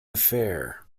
affair